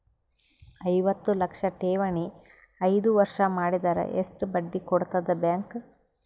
ಐವತ್ತು ಲಕ್ಷ ಠೇವಣಿ ಐದು ವರ್ಷ ಮಾಡಿದರ ಎಷ್ಟ ಬಡ್ಡಿ ಕೊಡತದ ಬ್ಯಾಂಕ್?